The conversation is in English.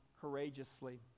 courageously